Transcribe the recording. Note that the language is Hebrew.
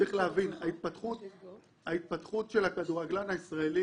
צריך להבין שההתפתחות של הכדורגלן הישראלי